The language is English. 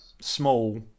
small